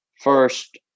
first